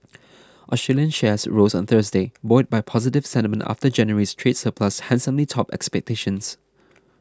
Australian shares rose on Thursday buoyed by positive sentiment after January's trade surplus handsomely topped expectations